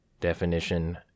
Definition